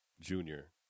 junior